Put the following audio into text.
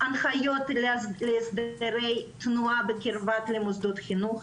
הנחיות להסדרי תנועה בקרבת מוסדות חינוך.